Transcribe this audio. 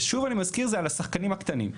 ושוב אני מזכיר, זה על השחקנים הקטנים.